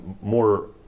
more